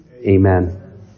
Amen